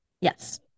Yes